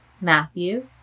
Matthew